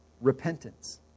repentance